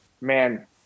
man